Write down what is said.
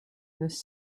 this